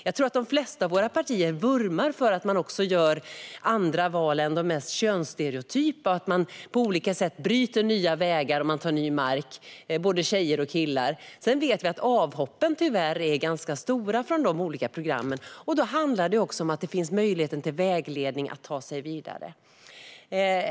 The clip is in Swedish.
Jag tror att de flesta partier vurmar för att man gör andra val än de mest könsstereotypa och att man på olika sätt bryter nya vägar och tar ny mark, både tjejer och killar. Sedan vet vi att avhoppen tyvärr är ganska stora från de olika programmen. Då handlar det också om att det måste finnas möjlighet till vägledning för att ta sig vidare.